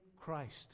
christ